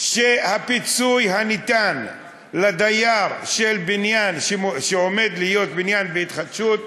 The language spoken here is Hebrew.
שהפיצוי הניתן לדייר של בניין שעומד להיות בניין בהתחדשות,